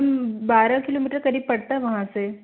ma'am बारह kilometre क़रीब पड़ता है वहाँ से